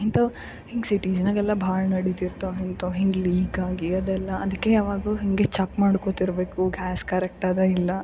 ಇಂಥವ್ ಹಿಂಗೆ ಸಿಟಿ ಜನಗೆಲ್ಲ ಭಾಳ್ ನಡಿತಿರ್ತವ ಇಂಥವ್ ಹಿಂಗೆ ಲೀಕ್ ಆಗಿ ಅದೆಲ್ಲ ಅದಕೆ ಯಾವಾಗು ಹಿಂಗೆ ಚಕ್ ಮಾಡ್ಕೊತಿರಬೇಕು ಗ್ಯಾಸ್ ಕರೆಕ್ಟದ ಇಲ್ಲ